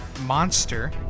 monster